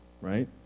right